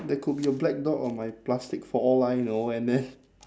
there could be a black dot on my plastic for all I know and then